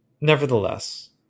nevertheless